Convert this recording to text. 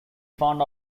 found